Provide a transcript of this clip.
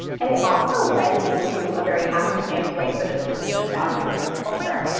and it also led into a very happenstance way for the students to evaluate their own culture.